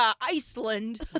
Iceland